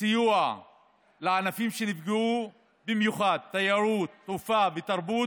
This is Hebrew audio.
סיוע לענפים שנפגעו במיוחד, תיירות, תעופה ותרבות,